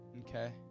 okay